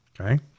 okay